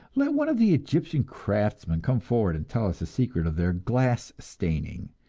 let one of the egyptian craftsmen come forward and tell us the secret of their glass-staining,